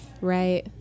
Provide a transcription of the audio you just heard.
right